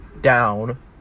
Down